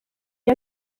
iyo